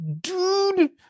Dude